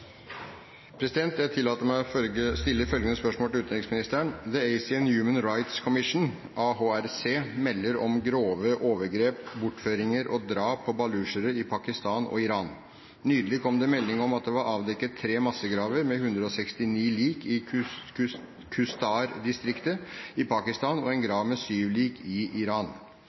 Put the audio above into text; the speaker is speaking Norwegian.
Jeg tillater meg å stille følgende spørsmål til utenriksministeren: «The Asian Human Rights Commission melder om grove overgrep, bortføringer og drap på balutsjere i Pakistan og Iran. Nylig kom det melding om at det var avdekket tre massegraver med 169 lik i Khuzdar-distriktet i Pakistan og én grav med syv lik i Iran. Vil regjeringen ta initiativ til at balutsjernes situasjon i Pakistan og Iran